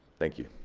thank you.